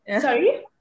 Sorry